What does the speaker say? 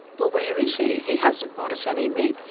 but where is he? he hasn't brought us any meat,